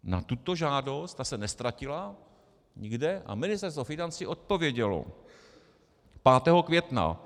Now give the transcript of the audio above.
Na tuto žádost, ta se neztratila nikde, Ministerstvo financí odpovědělo 5. května.